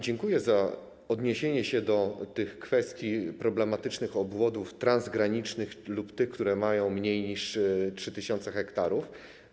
Dziękuję za odniesienie się do kwestii problematycznych obwodów: transgranicznych lub tych, które mają mniej niż 3 tys. ha.